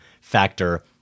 factor